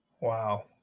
wow